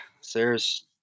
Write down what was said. Sarah's